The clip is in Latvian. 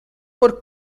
par